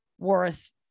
worth